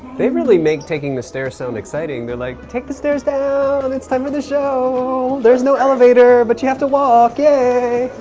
they really make taking the stairs sound exciting, they're like, take the stairs down! and it's time for the show! there's no elevator but you have to walk, yay!